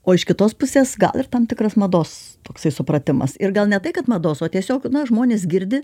o iš kitos pusės gal ir tam tikras mados toksai supratimas ir gal ne tai kad mados o tiesiog žmonės girdi